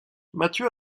matthieu